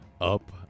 Up